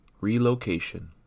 relocation